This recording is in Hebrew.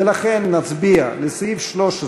ולכן נצביע על סעיף 13